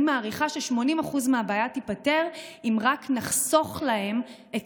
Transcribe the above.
אני מעריכה ש-80% מהבעיה תיפתר אם רק נחסוך להם את